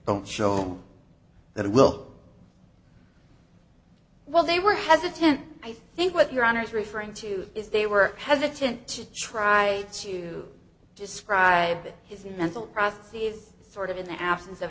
don't show that it will well they were hesitant i think what your honour's referring to is they were hesitant to try to describe it his mental process is sort of in the absence of